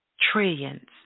trillions